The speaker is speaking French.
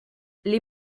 les